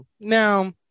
now